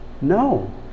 no